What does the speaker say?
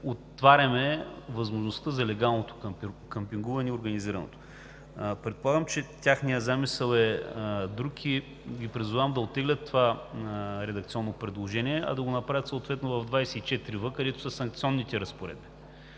отваряме възможността за легалното къмпингуване организирано. Предполагам, че техният замисъл е друг и ги призовавам да оттеглят това редакционно предложение, а да го направят съответно в чл. 24в, където са санкционните разпоредби.